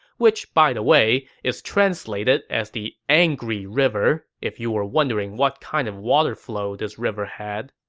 which, by the way, is translated as the angry river, if you were wondering what kind of water flow this river had.